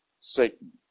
Satan